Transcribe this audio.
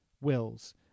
wills